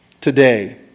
today